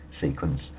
sequence